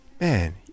man